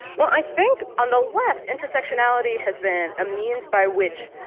well, i think, on the left, intersectionality has been a means by which,